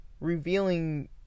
revealing